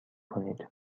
کنید